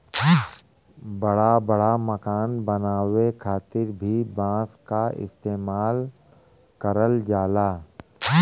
बड़ा बड़ा मकान बनावे खातिर भी बांस क इस्तेमाल करल जाला